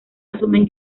asumen